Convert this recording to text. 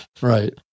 Right